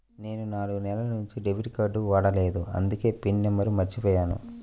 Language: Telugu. నేను నాలుగు నెలల నుంచి డెబిట్ కార్డ్ వాడలేదు అందుకే పిన్ నంబర్ను మర్చిపోయాను